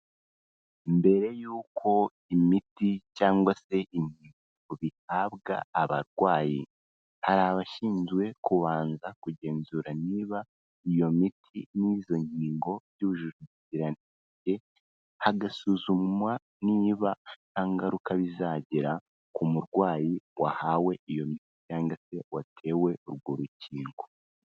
mbere yuko imiti cyangwa se inkingo bihabwa abarwayi hari abashinzwe kubanza kugenzura niba iyo miti n'izo ngingo by'ujuje ubuziranenge, hagasuzumwa niba nta ngaruka bizagira ku murwayi wahawe iyo miti cyangwa watewe urwo rukingo.